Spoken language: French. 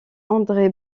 andré